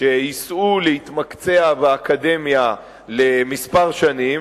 שייסעו להתמקצע באקדמיה לכמה שנים